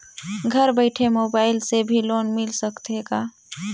घर बइठे मोबाईल से भी लोन मिल सकथे का?